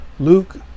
Luke